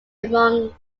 among